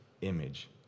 image